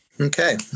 Okay